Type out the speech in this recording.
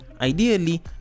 ideally